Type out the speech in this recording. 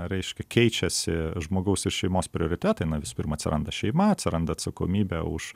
reiškia keičiasi žmogaus ir šeimos prioritetai na visų pirma atsiranda šeima atsiranda atsakomybė už